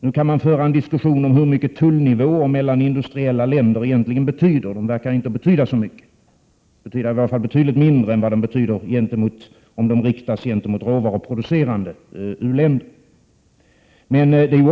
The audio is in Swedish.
Man kan nu föra en diskussion om hur stor betydelse tullnivåer har mellan industriländer — de verkar ju inte betyda så mycket. Tullnivåerna betyder mindre för de industriella länderna än om de riktas mot de råvaruproducerande u-länderna.